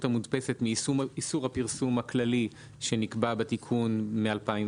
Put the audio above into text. המודפסת מאיסור הפרסום הכללי שנקבע בתיקון מ-2019.